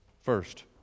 First